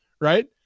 Right